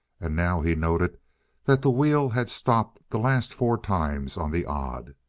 and now he noted that the wheel had stopped the last four times on the odd.